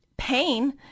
Pain